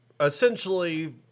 essentially